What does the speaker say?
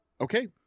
Okay